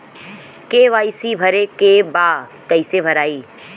KYC भरे के बा कइसे भराई?